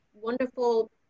wonderful